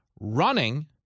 running